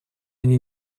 они